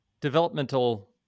developmental